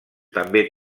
també